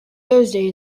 thursday